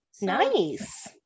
nice